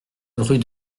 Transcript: rue